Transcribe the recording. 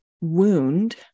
wound